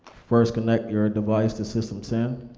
first connect your device to system ten.